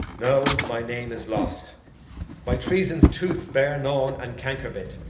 know my name is lost by treason's tooth bare-gnawn and canker-bit.